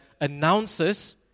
announces